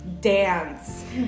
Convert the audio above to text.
dance